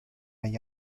negli